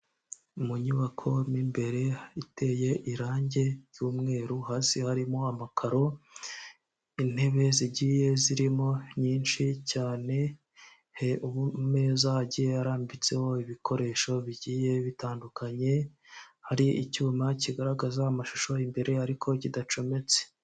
Mu nyubako mo imbere iteye irangi ry'umweru hasi harimo amakaro, intebe zigiye zirimo nyinshi cyane ubu ameza agiye arambitseho ibikoresho bigiye bitandukanye hari icyuma kigaragaza amashusho imbere ariko kidacometse.